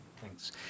Thanks